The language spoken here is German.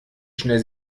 schnell